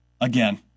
again